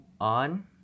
on